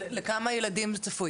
לכמה ילדים צפוי?